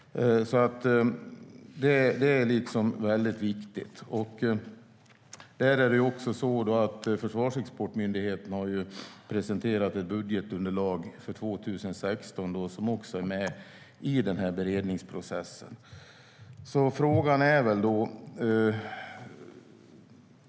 Det är väldigt viktigt. Försvarsexportmyndigheten har presenterat ett underlag för 2016 som också är med i beredningsprocessen.